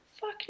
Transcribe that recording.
fuck